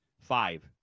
Five